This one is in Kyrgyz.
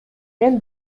мен